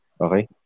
Okay